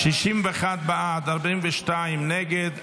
61 בעד, 42 נגד.